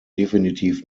definitiv